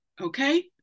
Okay